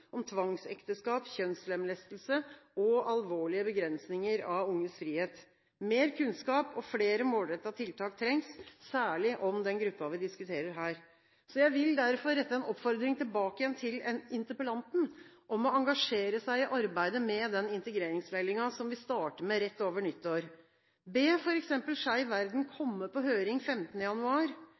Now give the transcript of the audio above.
om tvangsekteskap, kjønnslemlestelse og alvorlige begrensninger av unges frihet. Mer kunnskap og flere målrettede tiltak trengs, særlig når det gjelder den gruppen vi diskuterer her. Jeg vil derfor rette en oppfordring tilbake til interpellanten om å engasjere seg i arbeidet med den integreringsmeldingen som vi starter med rett over nyttår, ved f. eks. å be Skeiv Verden komme på høring 15. januar,